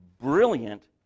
brilliant